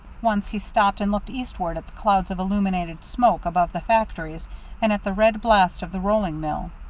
once he stopped and looked eastward at the clouds of illuminated smoke above the factories and at the red blast of the rolling mill.